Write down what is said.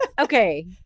okay